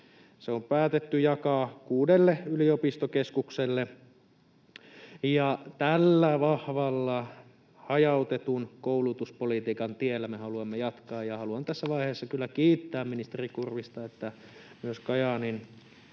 Se on päätetty jakaa kuudelle yliopistokeskukselle, ja tällä vahvalla hajautetun koulutuspolitiikan tiellä me haluamme jatkaa. Ja haluan tässä vaiheessa kyllä kiittää ministeri Kurvista, että myös Kajaanin